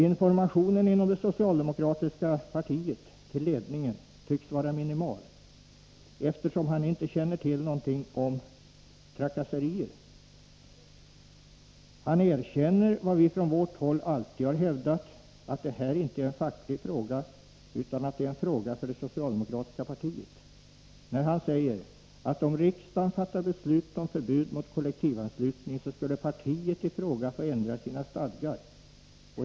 Informationen till ledningen inom det socialdemokratiska partiet tycks vara minimal, eftersom han inte känner till något om trakasserier. Han erkänner vad vi alltid har hävdat, nämligen att det här inte är en facklig fråga, utan en fråga för det socialdemokratiska partiet. Han säger, att om riksdagen fattar beslut om förbud mot kollektivanslutning, skulle partiet få ändra sina stadgar.